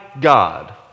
god